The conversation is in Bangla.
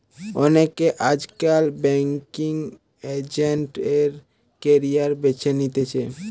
অনেকে আজকাল বেংকিঙ এজেন্ট এর ক্যারিয়ার বেছে নিতেছে